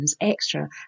extra